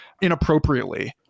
inappropriately